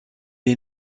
est